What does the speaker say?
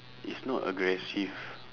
it's not aggressive